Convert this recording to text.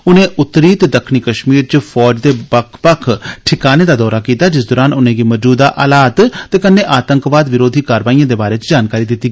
उनें उत्तरी ते दक्खनी कश्मीर च फौज दे बक्ख बक्ख ठकानें दा दौरा कीता जिस दौरान उनेंगी मजूदा हालात ते कन्नै आतंकवाद विरोधी कारवाइएं दे बारै च जानकारी दित्ती